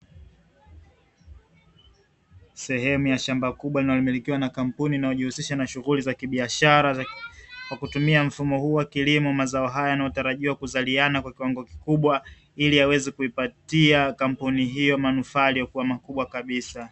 Sehemu ya shamba kubwa inayomilikiwa na kampuni inayojihusisha na shughuli za kibiashara. Kwa kutumia mfumo huu wa kilimo mazao haya, yanatarajiwa kuzaliana kwa kiwango kikubwa ili yaweze kuipatia kampuni hiyo manufaa yaliyokuwa makubwa kabisa.